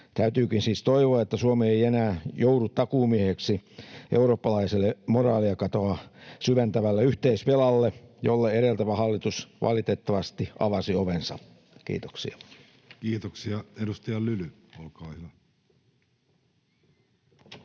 Täytyykin siis toivoa, että Suomi ei enää joudu takuumieheksi eurooppalaiselle moraalikatoa syventävälle yhteisvelalle, jolle edeltävä hallitus valitettavasti avasi ovensa. — Kiitoksia. Kiitoksia. — Edustaja Lyly, olkaa hyvä.